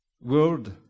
world